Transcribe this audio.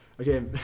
Okay